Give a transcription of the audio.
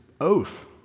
oath